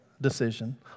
decision